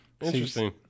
Interesting